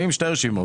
אני עם שתי רשימות.